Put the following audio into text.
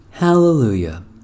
Hallelujah